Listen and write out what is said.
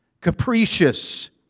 capricious